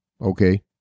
Okay